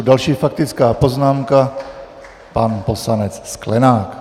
Další faktická poznámka, pan poslanec Sklenák.